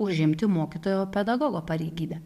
užimti mokytojo pedagogo pareigybę